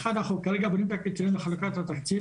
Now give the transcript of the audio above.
אחת אנחנו כרגע בונים את הקריטריון לחלוקת התקציב,